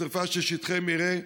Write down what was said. משרפה של שטחי מרעה,